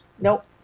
nope